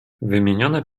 wymienione